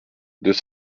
deux